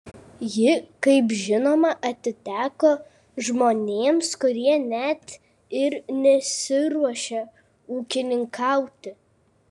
ji kaip žinoma atiteko žmonėms kurie net ir nesiruošia ūkininkauti